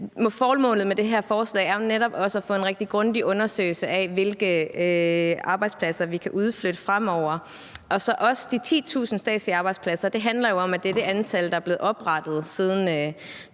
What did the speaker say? formålet med det her forslag er jo netop også at få en rigtig grundig undersøgelse af, hvilke arbejdspladser vi kan udflytte fremover, og de 10.000 statslige arbejdspladser handler jo om, at det er det antal, der er blevet oprettet siden